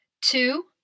two